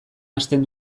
hasten